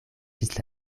ĝis